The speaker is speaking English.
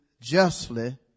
justly